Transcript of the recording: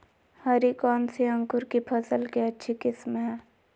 हरी कौन सी अंकुर की फसल के अच्छी किस्म है?